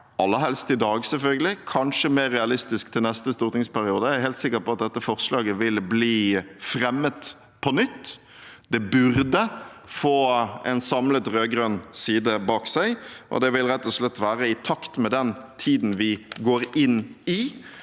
aller helst i dag, selvfølgelig, men kanskje mer realistisk til neste stortingsperiode. Jeg er helt sikker på at dette forslaget vil bli fremmet på nytt. Det burde få en samlet rød-grønn side bak seg. Det vil rett og slett være i takt med den tiden vi går inn i,